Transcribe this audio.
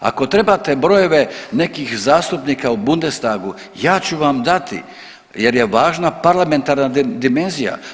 Ako trebate brojeve nekih zastupnika u Bundestagu ja ću vam dati, jer je važna parlamentarna dimenzija.